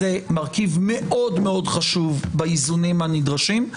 זה מרכיב מאוד מאוד חשוב באיזונים הנדרשים .